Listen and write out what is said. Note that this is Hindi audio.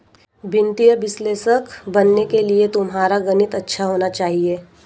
वित्तीय विश्लेषक बनने के लिए तुम्हारा गणित अच्छा होना चाहिए